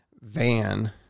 van